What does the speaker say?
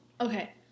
Okay